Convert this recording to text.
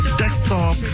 desktop